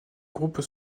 groupes